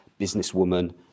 businesswoman